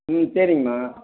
ம் சரிங்கம்மா